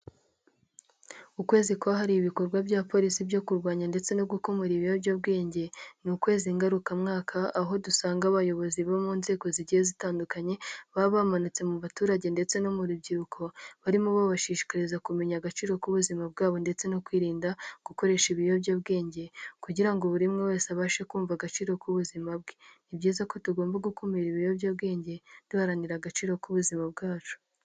Ukwezi kwahariwe ibikorwa bya polisi byo kurwanya ndetse no gukumira ibiyobyabwenge, n'ukwezi ngarukamwaka aho dusanga abayobozi bo mu nzego zigiye zitandukanye baba bamanutse mu baturage ndetse no mu rubyiruko barimo babashishikariza kumenya agaciro k'ubuzima bwabo ndetse no kwirinda gukoresha ibiyobyabwenge, kugira ngo buri umwe wese abashe kumva agaciro k'ubuzima bwe. Ni byiza ko tugomba gukumira ibiyobyabwenge duharanira agaciro k'ubuzima bwacu.